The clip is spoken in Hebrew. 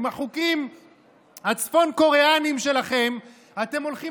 עם החוקים הצפון קוריאניים שלכם אתם הולכים